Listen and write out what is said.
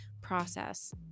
process